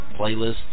playlists